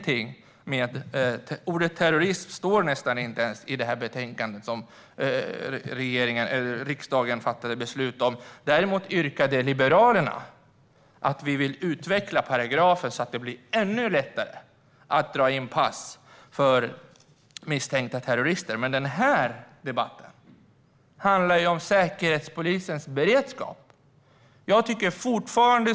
Ordet "terrorism" står nästan inte ens i det betänkande som riksdagen har fattat beslut om. Däremot yrkade Liberalerna bifall till ett förslag om att utveckla vissa paragrafer så att det blir ännu lättare att dra in pass för misstänkta terrorister. Denna debatt handlar dock om Säkerhetspolisens beredskap.